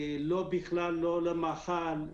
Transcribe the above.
בכלל לא למאכל,